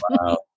Wow